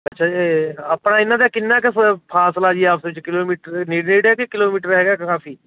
ਅੱਛਾ ਅਤੇ ਆਪਣਾ ਇਹਨਾਂ ਦਾ ਕਿੰਨਾ ਕੁ ਫ ਫਾਸਲਾ ਜੀ ਆਪਸ ਵਿੱਚ ਕਿਲੋਮੀਟਰ ਦੇ ਨੇੜੇ ਨੇੜੇ ਆ ਕਿ ਕਿਲੋਮੀਟਰ ਹੈਗਾ ਕਾਫੀ